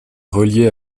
reliée